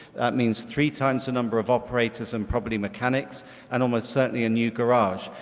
that means three times the number of operators and probably mechanics and almost certainly a new garage.